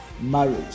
marriage